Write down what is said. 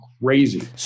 crazy